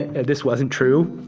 and this wasn't true,